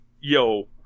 yo